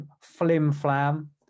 flim-flam